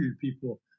people